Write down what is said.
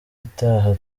itaha